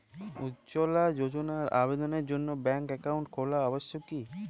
উজ্জ্বলা যোজনার আবেদনের জন্য ব্যাঙ্কে অ্যাকাউন্ট খোলা আবশ্যক কি?